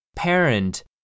parent